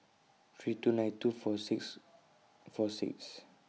three two nine two four six four six